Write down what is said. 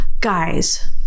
guys